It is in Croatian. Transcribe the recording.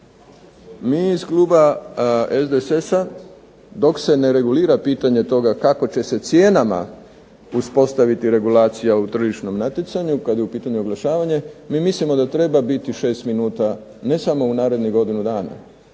mi iz kluba SDSS-a dok se ne regulira pitanje toga kako će se cijenama uspostaviti regulacija u tržišnom natjecanju kad je u pitanju oglašavanje. Mi mislimo da treba biti 6 minuta ne samo u narednih godinu dana,